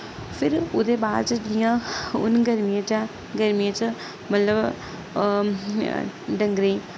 फिर ओह्दे बाद च जियां हून गर्मियें च गर्मियें च मतलब डंगरें गी